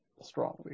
strongly